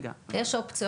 יש אופציות.